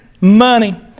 money